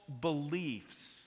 beliefs